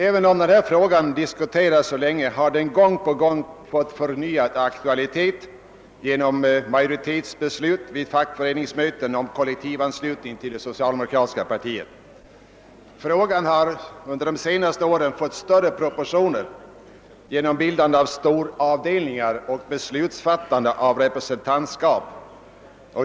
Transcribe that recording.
Även om denna fråga har diskuterats länge har den gång på gång erhållit förnyad aktualitet genom majoritetsbeslut vid fackföreningsmöten om kollektivanslutning till det socialdemokratiska partiet. Frågan har också fått större proportioner under de senaste åren genom bildandet av stora avdelningar och beslutsfattande av representantskap.